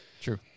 true